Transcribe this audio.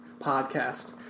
podcast